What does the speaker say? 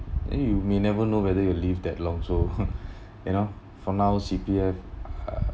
then you may never know whether you live that long so you know for now C_P_F uh